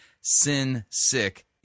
sin-sick